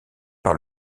par